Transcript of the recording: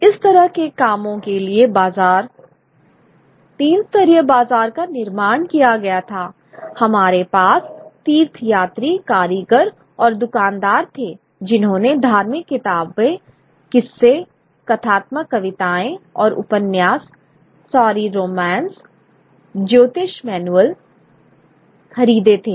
इस तरह के कामों के लिए बाजार तीन स्तरीय बाजार का निर्माण किया गया था हमारे पास तीर्थयात्री कारीगर और दुकानदार थे जिन्होंने धार्मिक किताबें किस्सेकहानियां कथात्मक कविताएं और उपन्यास सॉरी रोमांस ज्योतिष मैनुअल खरीदे थे